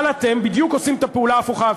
אבל אתם עושים בדיוק את הפעולה ההפוכה.